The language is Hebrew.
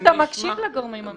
יפה שאתה מקשיב לגורמים המקצועיים.